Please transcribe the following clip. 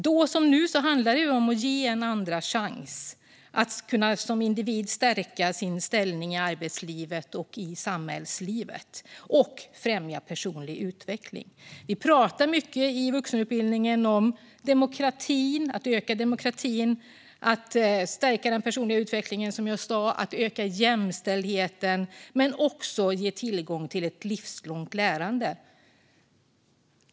Då som nu handlar det om att ge individer en andra chans att stärka sin ställning i arbetslivet och samhällslivet samt främja personlig utveckling. Vuxenutbildningen handlar mycket om att stärka demokratin och den personliga utvecklingen, öka jämställdheten och ge tillgång till ett livslångt lärande.